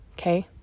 okay